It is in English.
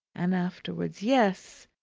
and afterwards yes!